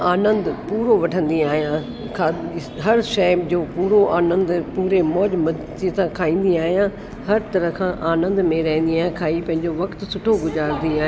आनंद पूरो वठंदी आहियां खा हर शइ जो पूरो आनंदु पूरे मौज मस्तीअ सां खाईंदी आहियां हर तरह खां आनंद में रहिंदी आहियां खाई पंहिंजो वक़्ति सुठो गुजारंदी आहियां